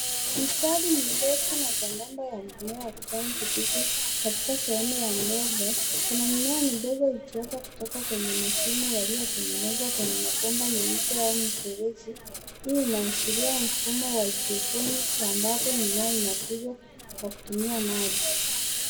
Mistari mirefu na sambamba ya mimea ya kijani kibichi katika sehemu ya mbele kuna mimea midogo ikiwepo kutoka kwenye mashimo yaliyotengenezwa kutoka kwenye mabomba meupe au mifereji. Hii inaashiria mfumo wa hydroponics ambapo mimea inakuzwa kwa kutumia maji.